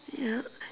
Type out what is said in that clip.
ya